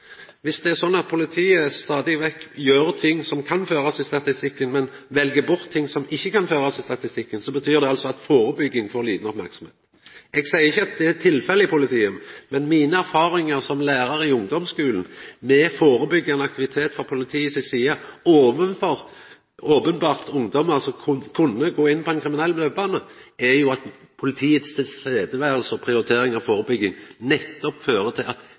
Viss det er sånn at politiet stadig vekk gjer ting som kan førast i statistikken, men vel bort ting som ikkje kan førast i statistikken, betyr det altså at førebygging får lite oppmerksemd. Eg seier ikkje at det er tilfellet i politiet, men mine erfaringar som lærar i ungdomsskulen, med førebyggjande aktivitet frå politiet si side overfor ungdommar som openbert kunne gått inn på ein kriminell løpebane, er at politiet sitt nærvær og prioritering av førebygging nettopp fører til at folk ikkje blir kriminelle. Så eg håper inderleg at